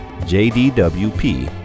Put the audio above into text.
JDWP